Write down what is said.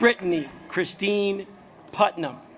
brittany christine putnam